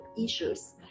issues